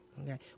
Okay